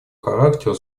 характеру